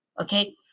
okay